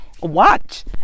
Watch